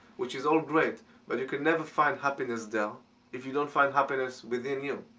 which is all great but you can never find happiness there if you don't find happiness within you.